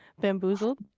bamboozled